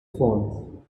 phone